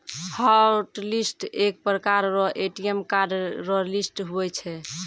hotlist एक प्रकार रो ए.टी.एम कार्ड रो लिस्ट हुवै छै